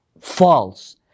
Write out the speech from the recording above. false